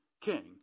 king